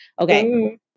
Okay